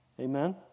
Amen